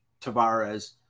Tavares